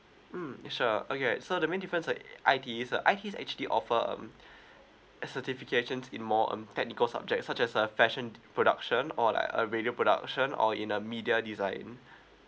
mm sure okay so the main difference like I_T_E ah I_T_E actually offer um as certifications in more um technical subject such as uh fashion production or like a radio production or in the media design